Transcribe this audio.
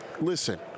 listen